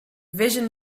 vision